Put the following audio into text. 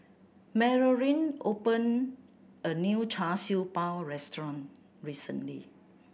Marolyn opened a new Char Siew Bao restaurant recently